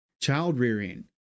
Child-rearing